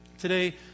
Today